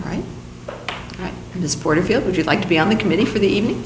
were in the sporting field would you like to be on the committee for the evening